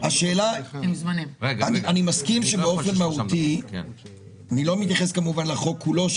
אני מסכים שבאופן מהותי אני לא מתייחס כמובן לחוק כולו,